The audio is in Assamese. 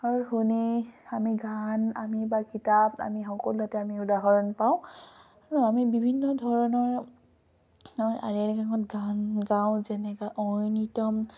শুনি আমি গান আমি বা কিতাপ আমি সকলোতে আমি উদাহৰণ পাওঁ আৰু আমি বিভিন্ন ধৰণৰ আলি আয়ে লৃগাঙত গান গাওঁ যেনেকৈ ঐনিত্যম